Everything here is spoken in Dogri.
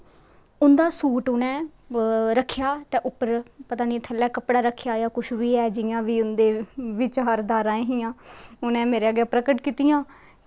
उं'दा सूट उ'नें रक्खेआ ते उप्पर पता निं थल्लै कपड़ा रक्खेआ जां कुछ बी ऐ इ'यां बी उं'दी बिचारदारा हि'यां उ'नें मेरे अग्गें प्रकट कीतियां